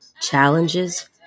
Challenges